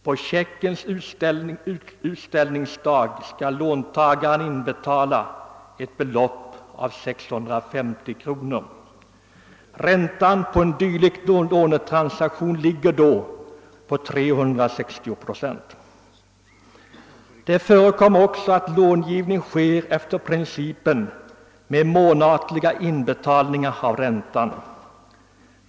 På checkens utställningsdag skall låntagaren alltså inbetala ett belopp av 650 kr. Räntan på en dylik lånetransaktion ligger på 360 procent. Det förekommer också att långivning sker med månatliga inbetalningar av räntan.